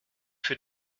für